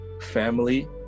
family